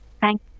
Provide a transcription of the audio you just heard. Thank